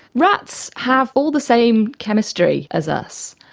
rats have all the same chemistry as us.